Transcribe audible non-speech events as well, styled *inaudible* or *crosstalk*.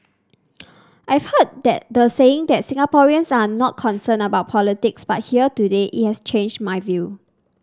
*noise* I've heard that the saying that Singaporeans are not concerned about politics but here today it has changed my view